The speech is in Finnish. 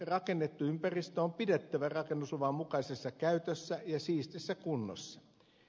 rakennettu ympäristö on pidettävä rakennusluvan mukaisessa käytössä ja siistissä kunnossa